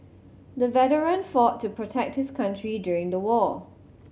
the veteran fought to protect his country during the war